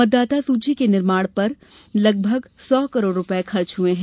मतदाता सूची के निर्माण पर लगभग सौ करोड़ रुपये खर्च हए हैं